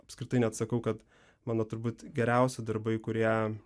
apskritai net sakau kad mano turbūt geriausi darbai kurie